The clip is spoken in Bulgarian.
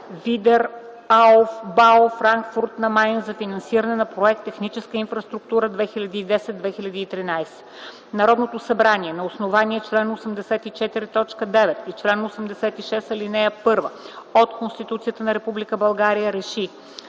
Видерауфбау – Франкфурт на Майн, за финансиране на проект „Техническа инфраструктура 2010-2013” Народното събрание на основание чл. 84, т. 9 и чл. 86, ал. 1 от Конституцията на Република България Р